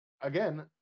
again